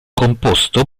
composto